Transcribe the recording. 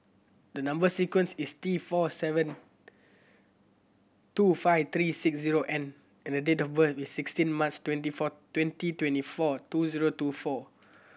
the number sequence is T four seven two five three six zero N and date of birth is sixteen March twenty four twenty twenty four two zero two four